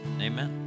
Amen